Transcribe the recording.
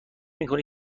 میکنی